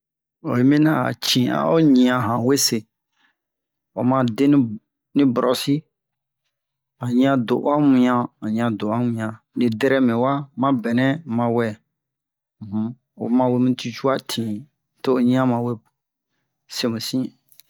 oyi minian a o cin'a o ɲian a han wese oma de ni bɔrɔsi han ɲian dɔ'oa ŋian han ɲian dɔ'oa ŋian ni bɛrɛɓe wa mabɛnɛ mawɛ um oma wemu tuwi coha tin to o ɲian mawe semusin